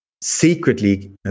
secretly